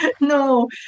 no